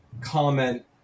comment